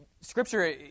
Scripture